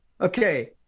Okay